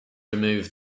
remove